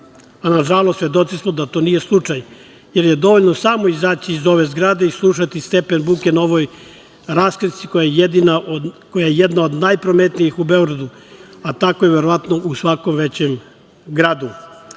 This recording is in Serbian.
Na žalost svedoci smo da to nije slučaj, jer je dovoljno samo izaći iz ove zgrade i slušati stepen buke na ovoj raskrsnici koja je jedna od najprometnijih u Beogradu, a tako je verovatno u svakom većem gradu. Zato